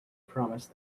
promised